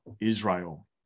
Israel